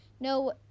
No